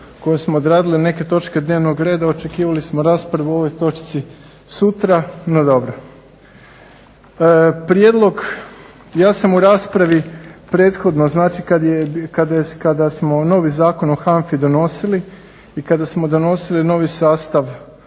kojom smo odradili neke točke dnevnog reda, očekivali smo raspravu o ovoj točci sutra no dobro. Prijedlog, ja sam u raspravi prethodno znači kada smo novi Zakon o HANFA-i donosili i kada smo donosili novi sastav